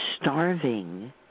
starving